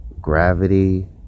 gravity